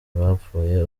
bapfuye